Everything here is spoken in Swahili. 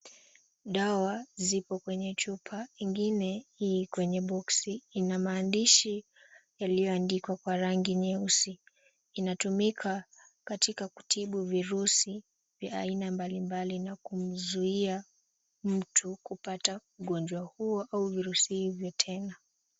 Dawa zipo kwenye chupa, ingine i kwenye boxi . Ina maandishi yaliyoandikwa kwa rangi nyeusi. Inatumika katika kutibu virusi vya aina mbalimbali na kumzuia mtu kupata ugonjwa huo au virusi hivyo tena.